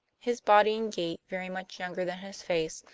his body and gait very much younger than his face,